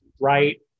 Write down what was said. right